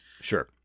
Sure